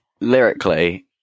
lyrically